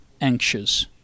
anxious